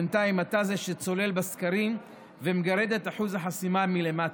בינתיים אתה זה שצולל בסקרים ומגרד את אחוז החסימה מלמטה.